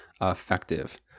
effective